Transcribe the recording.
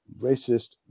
racist